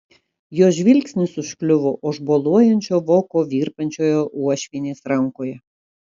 jo žvilgsnis užkliuvo už boluojančio voko virpančioje uošvienės rankoje